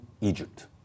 Egypt